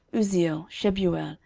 uzziel, shebuel,